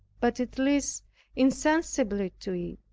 but it leads insensibly to it.